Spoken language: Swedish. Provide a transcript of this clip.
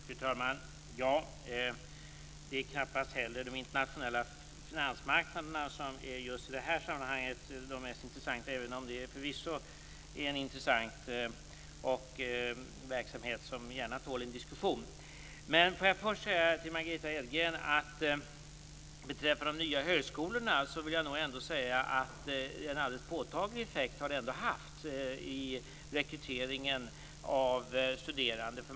Fru talman! Det är knappast heller de internationella finansmarknaderna som i just detta sammanhang är de mest intressanta, även om det förvisso är en intressant verksamhet som tål en diskussion. Jag vill först till Margitta Edgren säga att de nya högskolorna har haft en påtaglig effekt när det gäller rekryteringen av studerande.